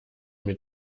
mit